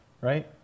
right